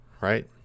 right